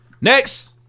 Next